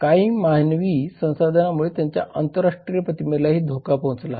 काही मानवी संसाधनांमुळे त्याच्या आंतरराष्ट्रीय प्रतिमेलाही धक्का पोहोचत आहे